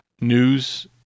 news